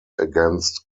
against